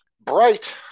Bright